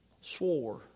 swore